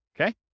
okay